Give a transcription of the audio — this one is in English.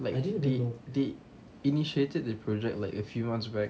like they did did initiated the project like a few months back